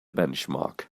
benchmark